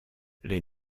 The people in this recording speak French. les